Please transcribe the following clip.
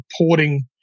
reporting